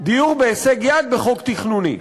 דיור בהישג יד בחוק תכנוני.